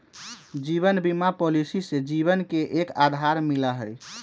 जीवन बीमा पॉलिसी से जीवन के एक आधार मिला हई